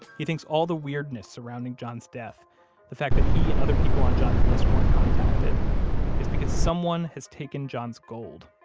he thinks all the weirdness surrounding john's death the fact that he and other people on john's list weren't contacted is because someone has taken john's gold.